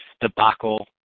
debacle